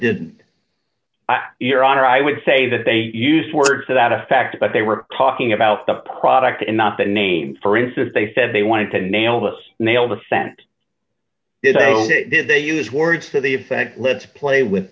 did your honor i would say that they used words to that effect but they were talking about the product and not the name for insist they said they want to nail this nail the scent is did they use words to the effect let's play with